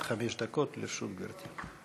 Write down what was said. עד חמש דקות לרשות גברתי.